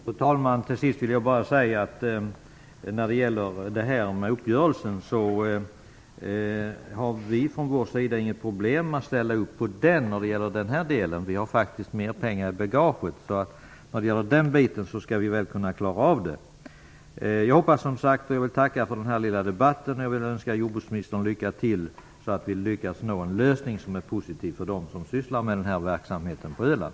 Fru talman! Till sist vill jag bara säga att beträffande uppgörelsen har vi från vår sida inget problem att ställa upp i den här delen. Vi har faktiskt mera pengar i bagaget. När det gäller den biten skall vi väl kunna klara av det. Jag vill tacka för den här lilla debatten. Jag vill också önska jordbruksministern lycka till så att vi kan nå en lösning som är positiv för dem som sysslar med den här verksamheten på Öland.